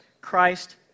Christ